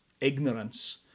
ignorance